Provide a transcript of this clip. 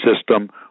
system